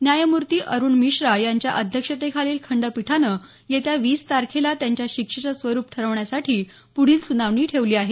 न्यायमूर्ती अरुण मिश्रा यांच्या अध्यक्षतेखालील खंडपीठानं येत्या वीस तारखेला त्यांच्या शिक्षेचं स्वरुप ठरवण्यासाठी पुढील सुनावणी ठेवली आहे